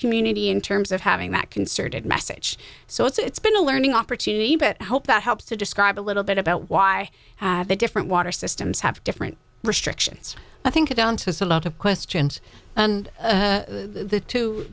community in terms of having that concerted message so it's been a learning opportunity but hope that helps to describe a little bit about why have a different water systems have different restrictions i think it down to so lot of questions and the two